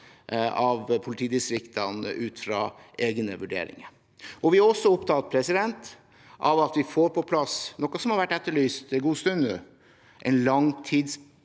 av politidistriktene ut fra egne vurderinger. Vi er også opptatt av at vi får på plass noe som har vært etterlyst en stund nå, en langtidsplan